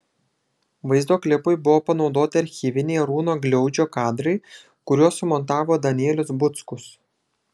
vaizdo klipui buvo panaudoti archyviniai arūno gliaudžio kadrai kuriuos sumontavo danielius buckus